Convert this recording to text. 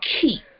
keep